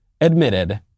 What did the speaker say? admitted